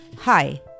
Hi